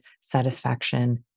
satisfaction